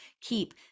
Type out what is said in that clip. keep